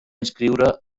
inscriure